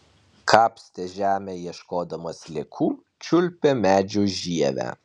kapstė žemę ieškodama sliekų čiulpė medžių žievę